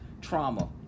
trauma